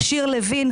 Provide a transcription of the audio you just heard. שיר לוין,